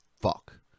fuck